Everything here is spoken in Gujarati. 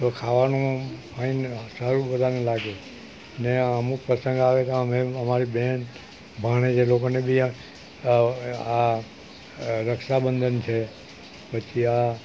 તો ખાવાનું ખાઈને સારું બધાને લાગે ને અમુક પ્રસંગ આવે તે અમે અમારી બહેન ભાણેજ એ લોકોને બી આ આ રક્ષાબંધન છે પછી આ